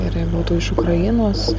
ir jie būtų iš ukrainos